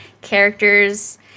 characters